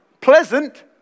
Pleasant